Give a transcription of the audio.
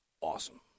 awesome